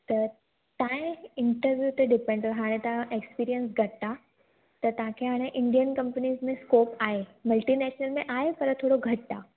त तव्हांजी इंटरवियूं ते डिपेन्ड हाणे तव्हां एक्सपीरियंस घटि आहे त तव्हां खे हाणे इंडियन कम्पनीस में स्कोप आहे मल्टी नेशनल में आहे पर थोरो घटि आहे